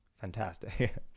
fantastic